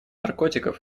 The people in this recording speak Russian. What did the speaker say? наркотиков